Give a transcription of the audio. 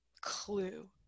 clue